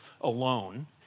alone